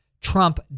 Trump